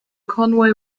conway